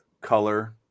Color